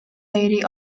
lady